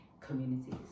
communities